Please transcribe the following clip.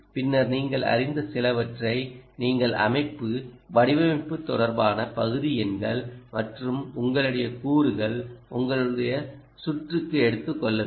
பின்னர் நீங்கள் அறிந்த சிலவற்றை நீங்கள் அமைப்பு வடிவமைப்பு தொடர்பான பகுதி எண்கள் மற்றும் உங்களுடைய கூறுகள் உங்கள் சுற்றுக்கு எடுத்துக்கொள்ள வேண்டும்